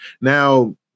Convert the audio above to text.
Now